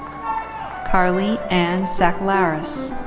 carly ann sackellares.